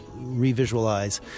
revisualize